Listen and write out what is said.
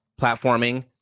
platforming